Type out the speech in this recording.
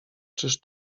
czyż